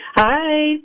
Hi